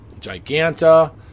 Giganta